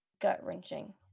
gut-wrenching